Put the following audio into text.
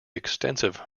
extensive